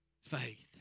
faith